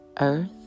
earth